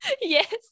Yes